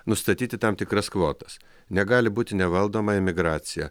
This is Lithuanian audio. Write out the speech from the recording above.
nustatyti tam tikras kvotas negali būti nevaldoma emigracija